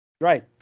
Right